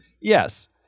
Yes